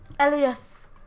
Elias